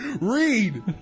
Read